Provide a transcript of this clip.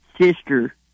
sister